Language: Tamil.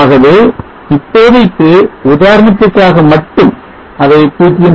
ஆகவே இப்போதைக்கு உதாரணத்திற்காக மட்டும் அதை 0